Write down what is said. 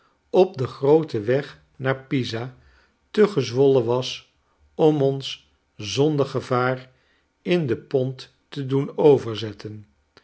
op den grooten weg naar pisa te gezwollen was om ons zonder gevaar in de pont te doen overzetten